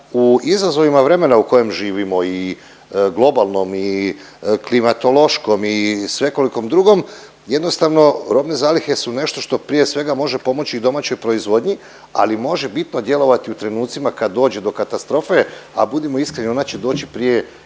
u izazovima vremena u kojem živimo i globalnom i klimatološkom i svekolikom drugom, jednostavno robne zalihe su nešto što prije svega može pomoći i domaćoj proizvodnji ali može bitno djelovati u trenutcima kad dođe do katastrofe, a budimo iskreni ona će doći prije